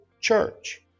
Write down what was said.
church